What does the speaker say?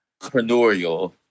entrepreneurial